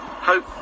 Hope